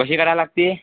कशी करावी लागती